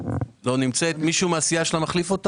אינה נוכחת